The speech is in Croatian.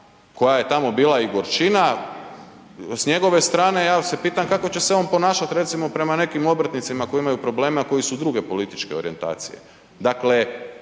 koja je tamo bila i gorčina s njegove strane, ja se pitam kako će se on ponašat recimo prema nekim obrtnicima koji imaju probleme a koji su druge politike orijentacije.